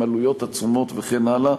עם עלויות עצומות וכן הלאה.